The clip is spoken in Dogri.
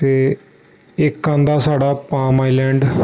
ते इक आंदा साढ़ा पामआइलैंड